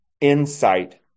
insight